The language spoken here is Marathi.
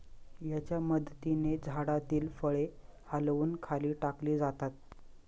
याच्या मदतीने झाडातील फळे हलवून खाली टाकली जातात